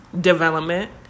development